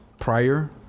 prior